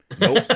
Nope